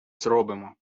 зробимо